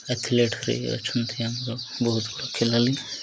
ଆଥଲେଟରେ ଅଛନ୍ତି ଆମର ବହୁତ ଗୁଡ଼ିଏ ଖେଳାଳି